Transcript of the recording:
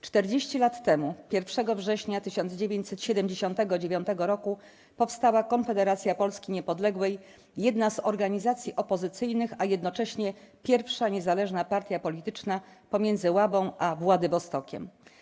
40 lat temu, 1 września 1979 roku powstała Konfederacja Polski Niepodległej, jedna z organizacji opozycyjnych, a jednocześnie pierwsza niezależna partia polityczna pomiędzy Łabą a Władywostokiem.